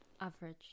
Average